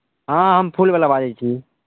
हँ हम फूलवला बाजै छी